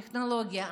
טכנולוגיה,